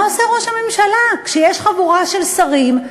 מה עושה ראש הממשלה כשיש חבורה של שרים,